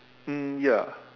um ya